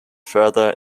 further